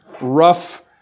rough